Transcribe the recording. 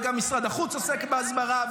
וגם משרד החוץ עוסק בהסברה,